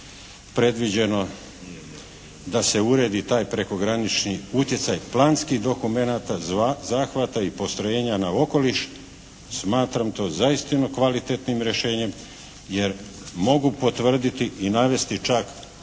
predviđeno da se uredi taj prekogranični utjecaj planskih dokumenata zahvata i postrojenja na okoliš, smatram to zaistinu kvalitetnim rješenjem jer mogu potvrditi i navesti čak niz